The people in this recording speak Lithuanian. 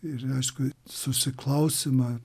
ir aišku susiklausymą